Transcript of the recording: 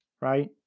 Right